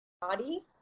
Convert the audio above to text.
body